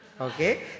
Okay